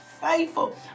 faithful